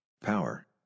power